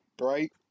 right